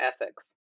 ethics